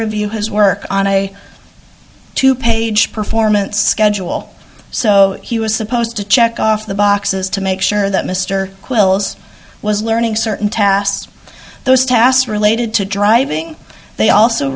review his work on a two page performance schedule so he was supposed to check off the boxes to make sure that mr quills was learning certain tasks those tasks related to driving they also